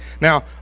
Now